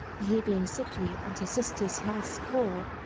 he being sickly and his sister's health poor,